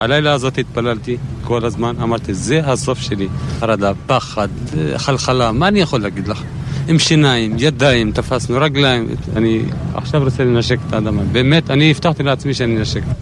הלילה הזאת התפללתי, כל הזמן, אמרתי, זה הסוף שלי, חרדה, פחד, חלחלה, מה אני יכול להגיד לך, עם שיניים, ידיים, תפסנו רגליים, אני עכשיו רוצה לנשק את האדמה, באמת, אני הבטחתי לעצמי שאני ננשק.